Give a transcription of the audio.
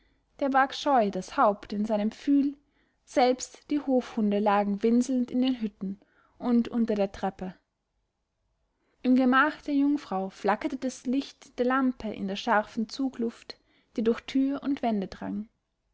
der barg scheu das haupt in seinem pfühl selbst die hofhunde lagen winselnd in den hütten und unter der treppe im gemach der jungfrau flackerte das licht der lampe in der scharfen zugluft die durch tür und wände